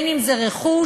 אם זה רכוש